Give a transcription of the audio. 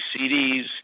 CDs